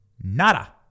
nada